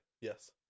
yes